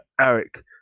Eric